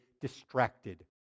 distracted